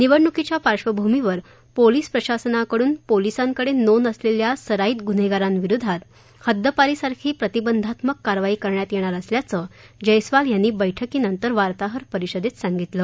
निवडणुकीच्या पार्श्वभूमीवर पोलिस प्रशासनाकडून पोलिसांकडे नोंद असलेल्या सराईत गुन्हेगारांविरोधात हद्दपारी सारखी प्रतिबंधात्मक कारवाई करण्यात येणार असल्याचं जयस्वाल यांनी बैठकीनंतर वार्ताहर परिषदेत दिली